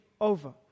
over